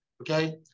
okay